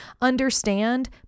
understand